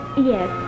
Yes